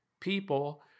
people